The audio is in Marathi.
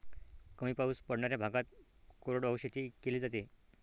कमी पाऊस पडणाऱ्या भागात कोरडवाहू शेती केली जाते